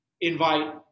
invite